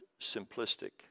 simplistic